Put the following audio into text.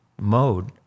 mode